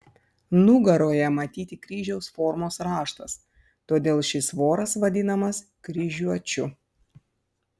nugaroje matyti kryžiaus formos raštas todėl šis voras vadinamas kryžiuočiu